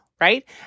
right